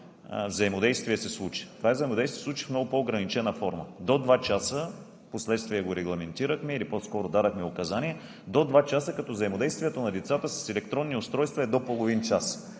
взаимодействие се случи. Това взаимодействие се случи в много по-ограничена форма –до два часа, впоследствие го регламентирахме или по-скоро дадохме указания – до два часа, като взаимодействието на деца с електронни устройства е до половин час.